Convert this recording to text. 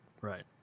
Right